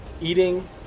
eating